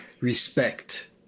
respect